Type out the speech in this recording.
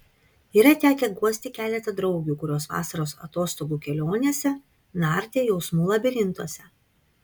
yra tekę guosti keletą draugių kurios vasaros atostogų kelionėse nardė jausmų labirintuose